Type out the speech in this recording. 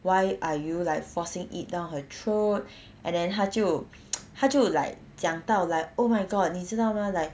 why are you like forcing it down her throat and then 他就 他就 like 讲到 like oh my god 你知道吗 like